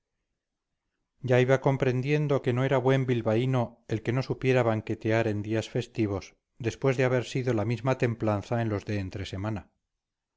ya iba comprendiendo que no era buen bilbaíno el que no supiera banquetear en días festivos después de haber sido la misma templanza en los de entre semana